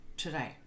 Today